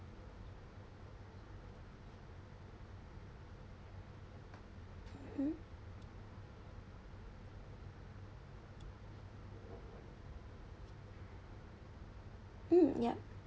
mmhmm mm yup